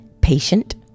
Patient